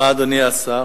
מה, אדוני השר?